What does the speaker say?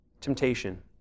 Temptation